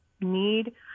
need